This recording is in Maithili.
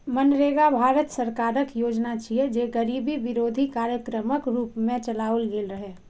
मनरेगा भारत सरकारक योजना छियै, जे गरीबी विरोधी कार्यक्रमक रूप मे चलाओल गेल रहै